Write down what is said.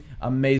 Amazing